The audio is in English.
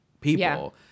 people